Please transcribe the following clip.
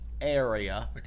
area